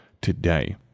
today